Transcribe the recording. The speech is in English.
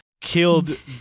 killed